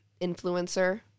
influencer